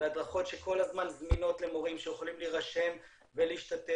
בהדרכות שכל הזמן זמינות למורים שיכולים להירשם ולהשתתף,